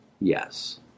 Yes